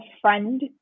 friend